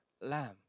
lamb